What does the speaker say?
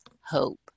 hope